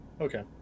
okay